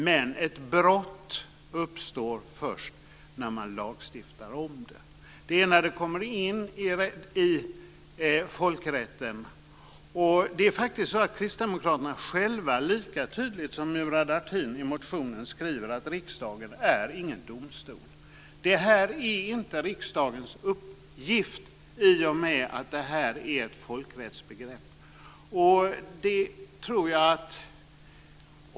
Men ett brott uppstår först när man lagstiftar om det, när det kommer in i folkrätten. Kristdemokraterna skriver faktiskt själva lika tydligt som Murad Artin i motionen att riksdagen är inte någon domstol. Det här är inte riksdagens uppgift, i och med att det är ett folkrättsbegrepp.